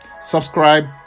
Subscribe